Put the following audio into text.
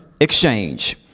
exchange